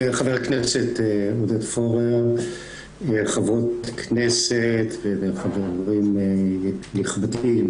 חבר הכנסת עודד פורר וחברות כנסת וחברים הנכבדים,